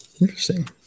Interesting